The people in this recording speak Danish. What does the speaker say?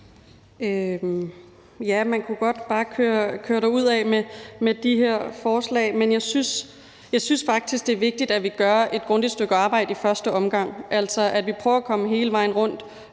Ja, man kunne godt bare køre derudad med de her forslag, men jeg synes faktisk, det er vigtigt, at vi gør et grundigt stykke arbejde i første omgang, altså at vi prøver at komme hele vejen rundt